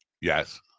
Yes